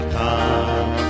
come